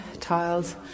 tiles